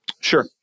Sure